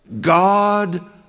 God